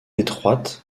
étroite